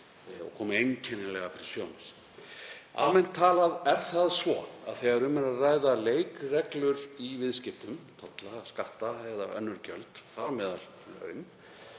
og komi einkennilega fyrir sjónir. Almennt talað er það svo að þegar um er að ræða leikreglur í viðskiptum, tolla, skatta eða önnur gjöld, þá þurfa